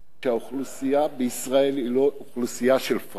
שהאוכלוסייה בישראל היא לא אוכלוסייה של פראיירים.